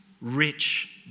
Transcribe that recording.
Rich